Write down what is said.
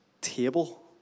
table